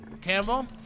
Campbell